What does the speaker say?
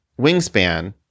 Wingspan